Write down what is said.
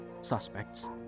suspects